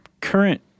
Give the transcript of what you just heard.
current